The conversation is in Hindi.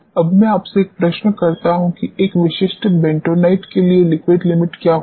अब मैं आपसे एक प्रश्न करता हूं कि एक विशिष्ट बेंटोनाइट के लिए लिक्विड लिमिट क्या होगी